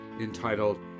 entitled